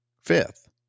fifth